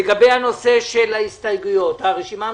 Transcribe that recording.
לגבי נושא ההסתייגויות, הרשימה המשותפת,